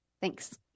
thanks